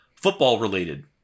football-related